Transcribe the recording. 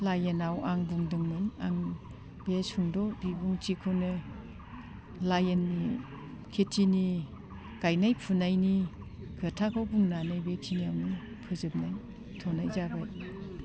लाइनाव आं बुंदोंमोन आं बे सुंद' बिबुंथिखौनो लाइननि खेथिनि गायनाय फुनायनि खोथाखौ बुंनानै बेखिनियावनो फोजोबथ'नाय जाबाय